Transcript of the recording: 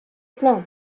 plan